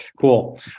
Cool